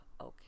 okay